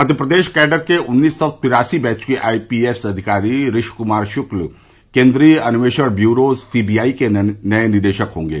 मध्य Pradesh cadre के उन्नीस सौ तिरासी बैच के आई पी एस अधिकारी ऋषि कुमार शुक्ल केंद्रीय अन्वेषण ब्यूरो सीबीआई के नये निदेशक होंगे